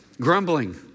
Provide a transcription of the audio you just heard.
grumbling